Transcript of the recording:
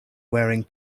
wearing